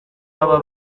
aba